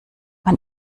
man